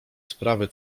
sprawy